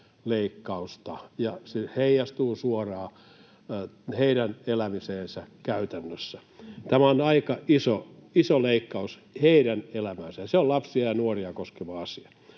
ja se heijastuu suoraan heidän elämiseensä käytännössä. Tämä on aika iso leikkaus heidän elämäänsä, ja se on lapsia ja nuoria koskeva asia.